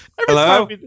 Hello